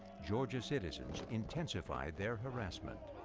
georgia citizens intensified their harassment.